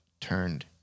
turned